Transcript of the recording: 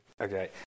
Okay